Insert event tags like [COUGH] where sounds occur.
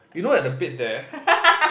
you know at the bed there [LAUGHS]